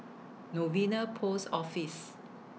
Novena Post Office